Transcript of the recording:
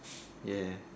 ya